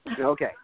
Okay